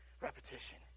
repetition